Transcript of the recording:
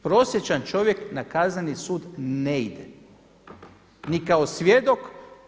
Prosječan čovjek na Kazneni sud ne ide ni kao svjedok.